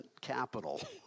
capital